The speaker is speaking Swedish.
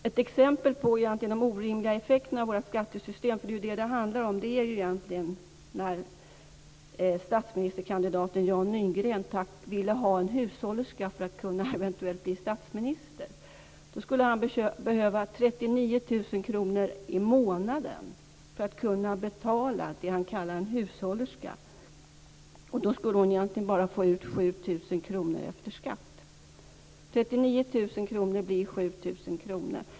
Ett exempel på de orimliga effekterna av våra skattesystem, för det är ju vad det handlar om, var när statsministerkandidaten Jan Nygren ville ha en hushållerska för att eventuellt kunna bli statsminister. Då skulle han behöva 39 000 kr i månaden för att kunna betala det han kallade en hushållerska. Och då skulle hon egentligen bara få ut 7 000 kr efter skatt. 39 000 kr blir 7 000 kr.